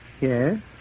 Yes